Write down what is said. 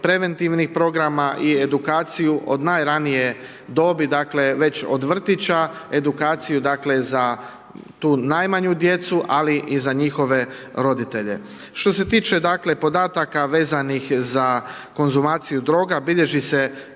preventivnih programa i edukaciju od najranije dobi, dakle, već od vrtića, edukaciju za tu najmanju djecu, ali i za njihove roditelje. Što se tiče dakle, podataka, vezanih za konzumaciju droga, bilježi se